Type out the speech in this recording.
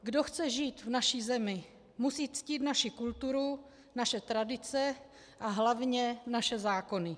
Kdo chce žít v naší zemi, musí ctít naši kulturu, naše tradice a hlavně naše zákony.